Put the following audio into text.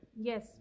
yes